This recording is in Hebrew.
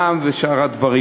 של מע"מ ושאר הדברים.